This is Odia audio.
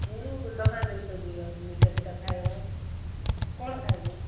ହଁ ଦୋକାନ ଯିବା ମିଠା ପିଟା ଖାଇବା କ'ଣ ଖାଇବୁ